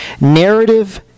Narrative